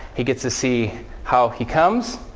he gets to see how he comes.